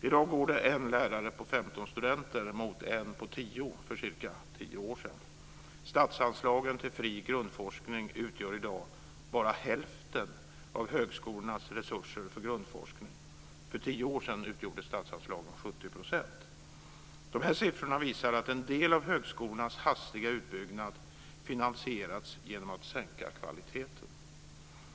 I dag går det 1 lärare på 15 studenter mot 1 på 10 för ca tio år sedan. Statsanslagen till fri grundforskning utgör i dag bara hälften av högskolornas resurser för grundforskning. För tio år sedan utgjorde statsanslagen 70 %. De här siffrorna visar att en del av högskolornas hastiga utbyggnad finansierats genom sänkt kvalitet.